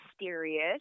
mysterious